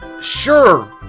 Sure